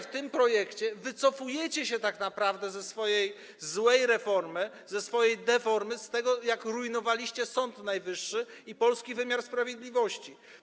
W tym projekcie wycofujecie się tak naprawdę ze swojej złej reformy, ze swojej deformy, z tego, jak rujnowaliście Sąd Najwyższy i polski wymiar sprawiedliwości.